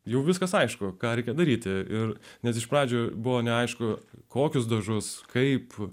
jau viskas aišku ką reikia daryti ir net iš pradžių buvo neaišku kokius dažus kaip